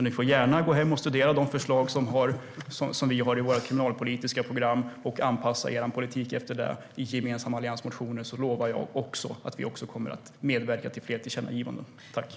Ni får gärna gå hem och studera de förslag som vi har i vårt kriminalpolitiska program och anpassa er politik efter dem i gemensamma alliansmotioner. Då lovar jag att vi också kommer att medverka till fler tillkännagivanden.